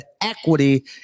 equity